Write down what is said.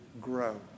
grow